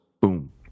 boom